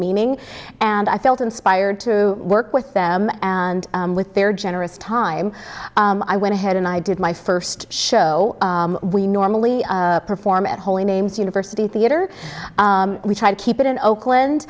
meaning and i felt inspired to work with them and with their generous time i went ahead and i did my first show we normally perform at holy names university theater we try to keep it in oakland